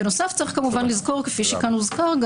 בנוסף, צריך כמובן לזכור, כפי שכאן הוזכר,